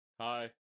Hi